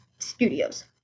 studios